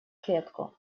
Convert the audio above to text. клетку